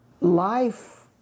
Life